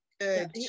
good